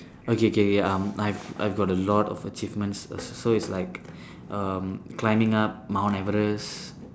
okay K K um I have I have got a lot of achievements so it's like um climbing up mount everest